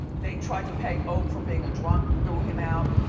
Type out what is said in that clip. they tried to peg oak for being a drunk, threw him out,